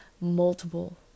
multiple